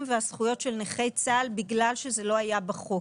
והזכויות של נכי צה"ל בגלל שזה לא היה בחוק.